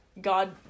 God